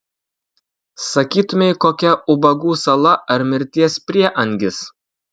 sakytumei kokia ubagų sala ar mirties prieangis